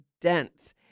dense